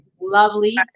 lovely